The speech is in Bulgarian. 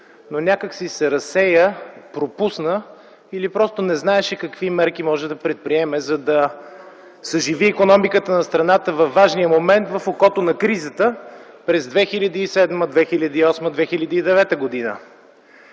но някак си се разсея, пропусна, или просто не знаеше какви мерки може да предприеме, за да съживи икономиката на страната във важния момент, в окото на кризата през 2007, 2008 и 2009 г.